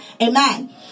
Amen